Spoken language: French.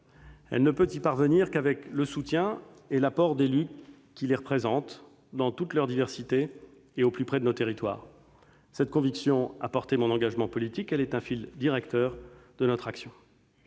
elle ne peut y parvenir qu'avec le soutien et l'apport d'élus représentant les Français, dans toute leur diversité et au plus près de nos territoires. Cette conviction sous-tend mon engagement politique, elle est un fil directeur de notre action.